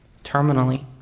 terminally